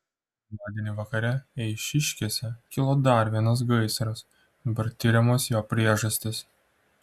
pirmadienį vakare eišiškėse kilo dar vienas gaisras dabar tiriamos jo priežastys